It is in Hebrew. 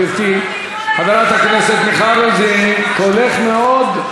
גברתי חברת הכנסת מיכל רוזין, קולך מאוד,